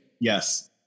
Yes